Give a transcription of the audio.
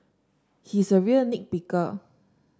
he is a real nit picker